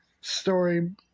story